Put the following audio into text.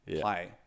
play